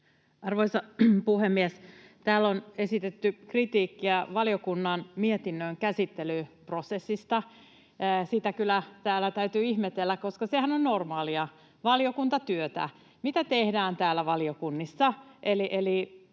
Arvoisa puhemies! Täällä on esitetty kritiikkiä valiokunnan mietinnön käsittelyprosessista. Sitä kyllä täällä täytyy ihmetellä, koska sehän on normaalia valiokuntatyötä, mitä tehdään täällä valiokunnissa.